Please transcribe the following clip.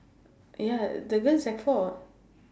ya the girl sec four